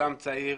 יזם צעיר,